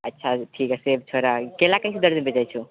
अच्छा तऽ ठीक है सेव छोड़ह केला कैसे दर्जन बिकै छौ